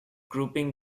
grouping